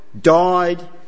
died